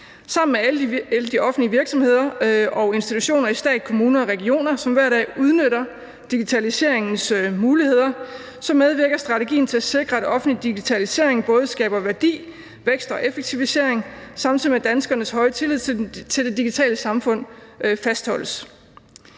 Sammen med alle de offentlige virksomheder og institutioner i stat, kommuner og regioner, som hver dag udnytter digitaliseringens muligheder, medvirker strategien til at sikre, at offentlig digitalisering både skaber værdi, vækst og effektivisering, samtidig med at danskernes høje tillid til det digitale samfund fastholdes.